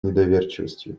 недоверчивостью